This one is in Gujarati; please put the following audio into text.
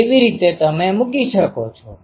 તેવી રીતે તમે મૂકી શકો છો